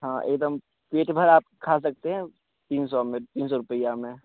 हाँ एक दम पेट भर आप खा सकते हैं तीन सौ में तीन सौ रुपये में